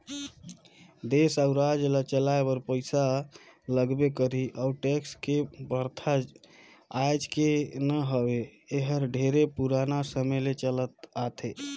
देस अउ राज ल चलाए बर पइसा लगबे करही अउ टेक्स के परथा आयज के न हवे एहर ढेरे पुराना समे ले चलत आथे